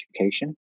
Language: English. education